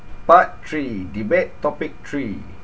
part three debate topic three